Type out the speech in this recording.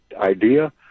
idea